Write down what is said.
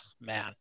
man